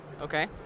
okay